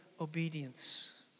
obedience